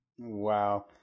Wow